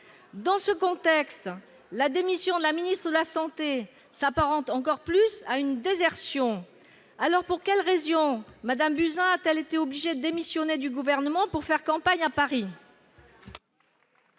Dans ce contexte, la démission de la ministre de la santé s'apparente encore plus à une désertion. Pour quelles raisons Mme Buzyn a-t-elle été obligée de démissionner du Gouvernement pour faire campagne à Paris ?